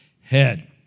head